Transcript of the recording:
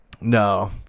No